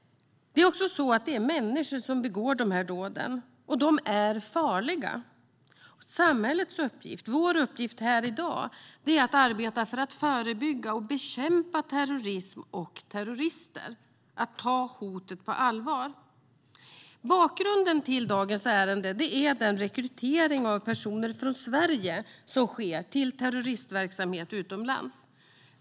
Det är människor som begår de här dåden, och de är farliga. Samhällets uppgift och vår uppgift här i dag är att arbeta för att förebygga och bekämpa terrorism och terrorister - att ta hotet på allvar. Bakgrunden till dagens ärende är den rekrytering av personer från Sverige som sker till terrorismverksamhet utomlands.